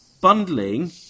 bundling